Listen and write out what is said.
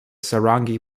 sarangi